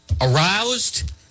aroused